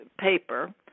paper